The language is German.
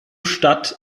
stadt